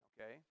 okay